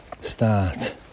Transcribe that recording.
start